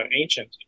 ancient